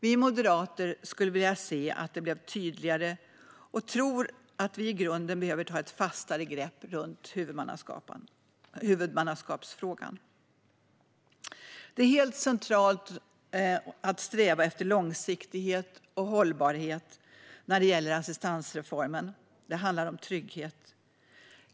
Vi moderater skulle vilja se att detta blev tydligare och tror att vi i grunden behöver ta ett fastare grepp om huvudmannaskapsfrågan. Det är helt centralt att sträva efter långsiktighet och hållbarhet när det gäller assistansreformen. Det handlar om trygghet.